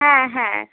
হ্যাঁ হ্যাঁ